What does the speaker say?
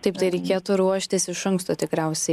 taip tai reikėtų ruoštis iš anksto tikriausiai